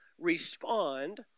respond